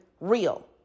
real